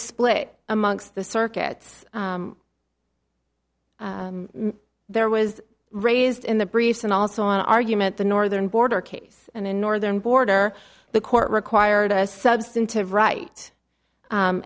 split amongst the circuits there was raised in the briefs and also argument the northern border case and in northern border the court required a substantive right